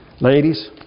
Ladies